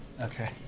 Okay